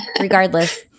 Regardless